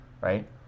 right